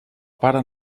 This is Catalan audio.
pare